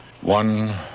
One